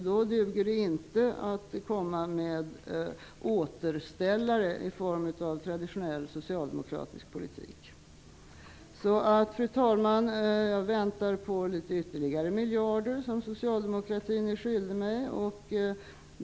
Då duger det inte att komma med återställare i form av traditionell socialdemokratisk politik. Fru talman! Jag väntar på de ytterligare miljarder som socialdemokratin är skyldig mig.